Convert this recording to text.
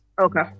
Okay